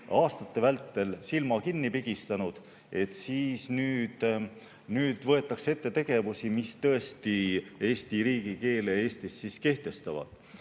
aastate vältel selle ees silma kinni pigistanud, siis nüüd võetakse ette tegevusi, mis tõesti Eesti riigikeele Eestis kehtestavad.